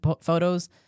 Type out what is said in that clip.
photos